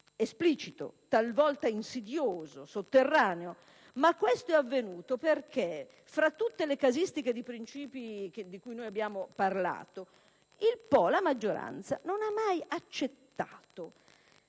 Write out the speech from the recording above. esplicito, talvolta insidioso, sotterraneo. Ma questo è avvenuto perché, fra tutte le casistiche di principi di cui abbiamo parlato, il PdL, la maggioranza, non ha mai accettato